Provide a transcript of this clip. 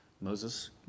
Moses